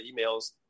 emails